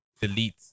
delete